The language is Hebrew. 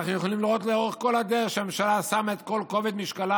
אנחנו יכולים לראות לאורך כל הדרך שהממשלה שמה את כל כובד משקלה,